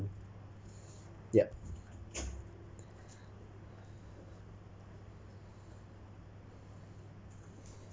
yup